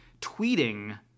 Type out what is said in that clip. tweeting